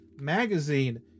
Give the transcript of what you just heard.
Magazine